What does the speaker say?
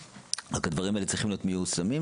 רק שהדברים האלה צריכים להיות מיושמים,